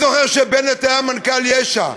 אני זוכר שבנט היה מנכ"ל מועצת יש"ע,